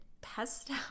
pesto